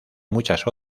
muchas